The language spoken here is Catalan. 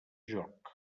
joc